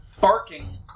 barking